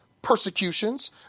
persecutions